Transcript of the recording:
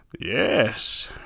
Yes